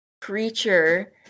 creature